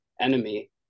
enemy